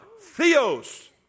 Theos